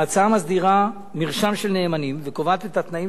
ההצעה מסדירה מרשם של נאמנים וקובעת את התנאים